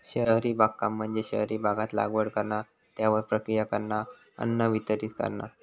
शहरी बागकाम म्हणजे शहरी भागात लागवड करणा, त्यावर प्रक्रिया करणा, अन्न वितरीत करणा